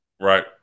right